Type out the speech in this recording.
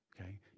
Okay